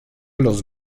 los